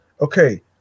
okay